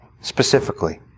specifically